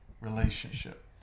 relationship